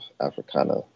Africana